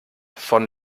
von